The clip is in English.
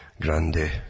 grande